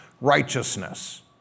righteousness